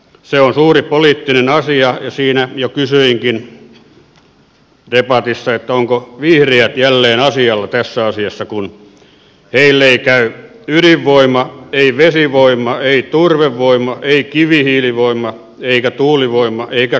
se on suuri poliittinen asia ja kysyinkin jo debatissa ovatko vihreät jälleen asialla tässä asiassa kun heille ei käy ydinvoima ei vesivoima ei turvevoima ei kivihiilivoima eikä tuulivoima eikä kaasu